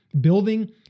building